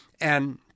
And-